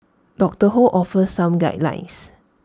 doctor ho offers some guidelines